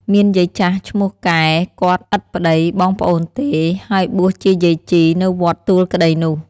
មានយាយចាស់ឈ្មោះកែ គាត់ឥតប្ដី-បងប្អូនទេ ហើយបួសជាយាយជី នៅវត្តទួលក្ដីនោះ ។